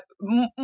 more